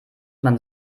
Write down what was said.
man